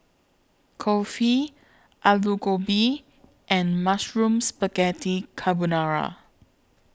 Kulfi Alu Gobi and Mushroom Spaghetti Carbonara